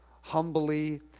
humbly